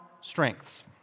strengths